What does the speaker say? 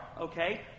okay